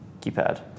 Keypad